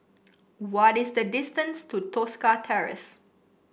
what is the distance to Tosca Terrace